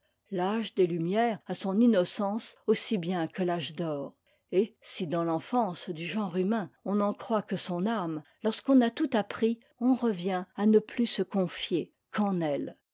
l'âge des lumières a son innocence aussi bien que l'âge d'or et si dans l'enfance du genre humain on n'en croit que son âme lorsqu'on a tout appris on revient à ne plus se confier qu'en elle